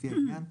לפי העניין,